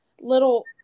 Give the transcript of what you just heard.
little